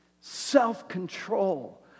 self-control